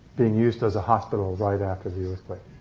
being used as a hospital right after the earthquake.